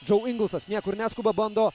džau ingelsas niekur neskuba bando